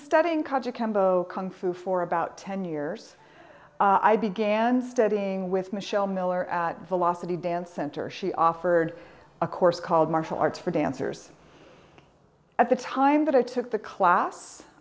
studying kaja combo com for for about ten years i began studying with michelle miller velocity dance center she offered a course called martial arts for dancers at the time that i took the class